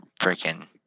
freaking